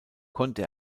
konnte